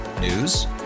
News